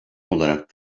olarak